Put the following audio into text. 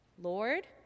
Lord